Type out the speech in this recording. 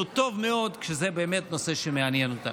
טוב מאוד כשזה באמת נושא שמעניין אותם.